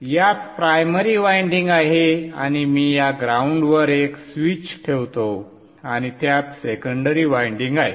यात primary winding आहे आणि मी या ग्राउंड वर एक स्विच ठेवतो आणि त्यात सेकंडरी वायंडिंग आहे